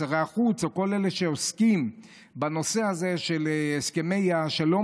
שרי החוץ או כל אלה שעוסקים בנושא של הסכמי השלום